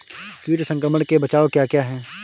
कीट संक्रमण के बचाव क्या क्या हैं?